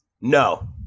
No